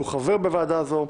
שהוא חבר בוועדה זו,